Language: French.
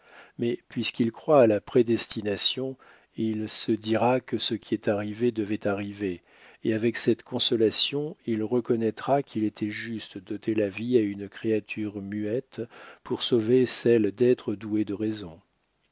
mais puisqu'il croit à la prédestination il se dira que ce qui est arrivé devait arriver et avec cette consolation il reconnaîtra qu'il était juste d'ôter la vie à une créature muette pour sauver celle d'êtres doués de raison